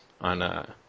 on